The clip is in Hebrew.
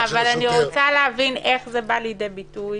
אבל אני רוצה להבין איך זה בא לידי ביטוי